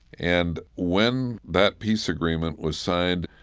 and when that peace agreement was signed,